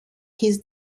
his